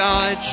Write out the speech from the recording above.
God